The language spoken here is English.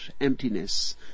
emptiness